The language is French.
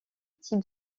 type